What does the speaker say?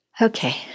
Okay